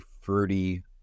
fruity-